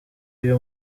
iyo